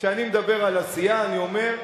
וכשאני מדבר על עשייה אני אומר: